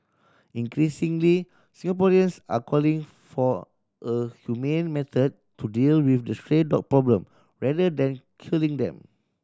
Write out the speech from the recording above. increasingly Singaporeans are calling for a humane method to deal with the stray dog problem rather than culling them